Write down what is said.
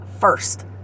first